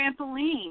trampoline